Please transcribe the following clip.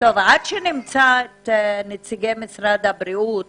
עד שנמצא את נציגי משרד הבריאות